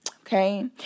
Okay